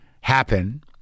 happen